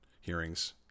hearings